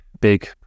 big